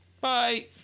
bye